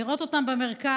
לראות אותם במרכז